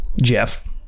jeff